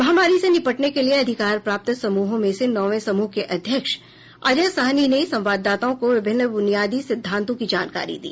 महामारी से निपटने के लिए अधिकार प्राप्त समूहों में से नौंवें समूह के अध्यक्ष अजय साहनी ने संवाददाताओं को विभिन्न ब्रनियादी सिद्धांतों की जानकारी दी